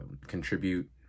contribute